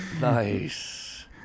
Nice